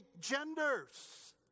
genders